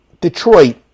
Detroit